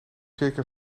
circa